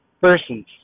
persons